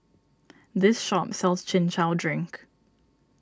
this shop sells Chin Chow Drink